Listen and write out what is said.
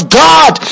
god